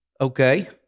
Okay